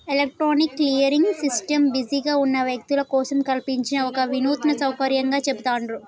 electronic clearing system బిజీగా ఉన్న వ్యక్తుల కోసం కల్పించిన ఒక వినూత్న సౌకర్యంగా చెబుతాండ్రు